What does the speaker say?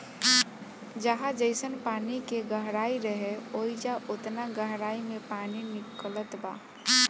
जहाँ जइसन पानी के गहराई रहे, ओइजा ओतना गहराई मे पानी निकलत बा